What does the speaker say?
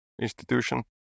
institution